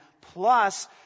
plus